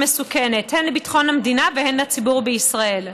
ומסוכנת הן לביטחון המדינה והן לציבור בישראל.